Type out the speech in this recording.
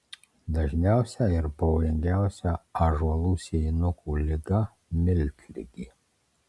dažniausia ir pavojingiausia ąžuolų sėjinukų liga miltligė